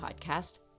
Podcast